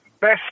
best